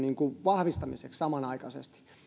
vahvistamiseksi samanaikaisesti